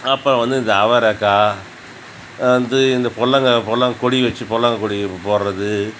அப்புறம் வந்து இந்த அவரைக்கா வந்து இந்த பொடலங்கா பொடலங்கா கொடி வச்சு பொடலங்கா கொடி போடுறது